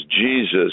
Jesus